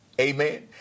amen